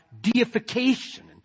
deification